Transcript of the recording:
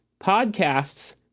Podcasts